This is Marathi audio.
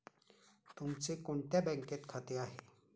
तुमचे कोणत्या बँकेत खाते आहे?